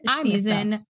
season